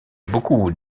beaucoup